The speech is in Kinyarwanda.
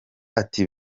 ati